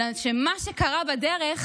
אלא שמה שקרה בדרך